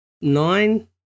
nine